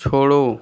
छोड़ो